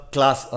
Class